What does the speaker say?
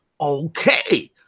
okay